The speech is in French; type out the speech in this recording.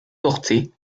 porter